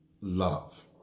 Love